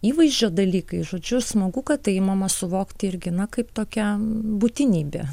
įvaizdžio dalykai žodžiu smagu kad tai imama suvokti irgi na kaip tokia būtinybė